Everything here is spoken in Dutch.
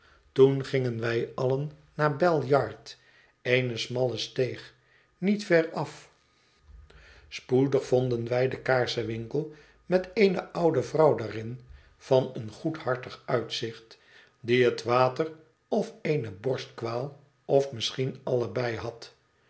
toen gingen wij allen naar b e y a r d eene smalle steeg niet veraf spoedig vonden wij den kaarsenwinkel met eene oude vrouw daarin van een goedhartig uitzicht die het water of eene borstkwaal of misschien allebei had